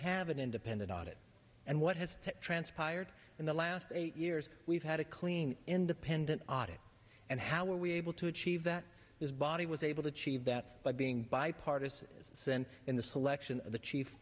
have an independent audit and what has transpired in the last eight years we've had a clean independent audit and how were we able to achieve that this body was able to achieve that by being bipartisan is sent in the selection of the chief